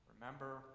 Remember